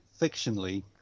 fictionally